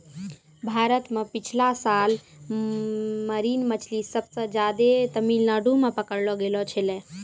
भारत मॅ पिछला साल मरीन मछली सबसे ज्यादे तमिलनाडू मॅ पकड़लो गेलो छेलै